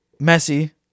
Messi